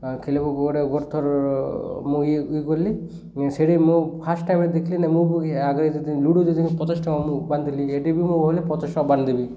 ଖେଳିବାକୁ ଗୋଟେଥର ମୁଁ ଇଏ ଇଏ କଲି ସେଠି ମୁଁ ଫାର୍ଷ୍ଟ୍ ଟାଇମ୍ରେ ଦେଖିଲି ମୁଁ ବି ଆଗରେ ଯି ଲୁଡ଼ୁ ଯଦି ପଚାଶ ଟଙ୍କା ମୁଁ ବାନ୍ଧି ଏଠି ବି ମୁଁ କଲି ପଚାଶ ଟଙ୍କା ବାନ୍ଧିବି